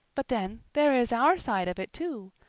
but then, there is our side of it too.